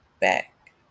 back